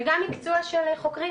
וגם מקצוע של חוקרים,